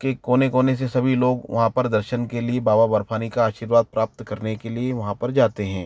के कोने कोने से सभी लोग वहाँ पर दर्शन के लिए बाबा बर्फानी का आशीर्वाद प्राप्त करने के लिए वहाँ पर जाते हैं